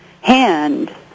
hand